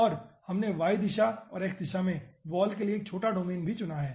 और हमने y दिशा और x दिशा में वॉल के लिए एक छोटा डोमेन भी चुना है